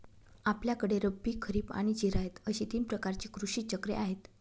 आपल्याकडे रब्बी, खरीब आणि जिरायत अशी तीन प्रकारची कृषी चक्रे आहेत